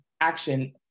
action